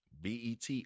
BET